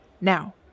Now